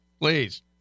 please